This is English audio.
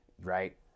right